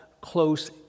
close